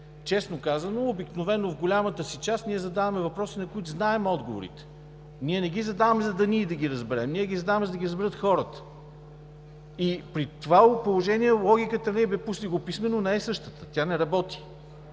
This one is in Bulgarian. Честно казано обикновено в голямата си част ние задаваме въпроси, на които знаем отговорите. Ние не ги задаваме, за да ги разберем ние. Ние ги задаваме, за да ги разберат хората. При това положение логиката ви „абе пусни го писмено“, не е същата. Тя не работи.